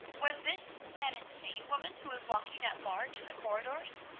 was this an insane woman who was walking at large in the corridors?